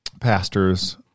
pastors